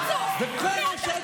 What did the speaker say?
לשסות נגד נשים?